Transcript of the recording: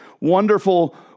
wonderful